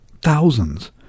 thousands